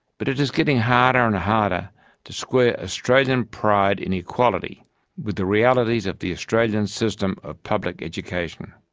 but it is getting harder and harder to square australian pride in equality with the realities of the australian system of public education.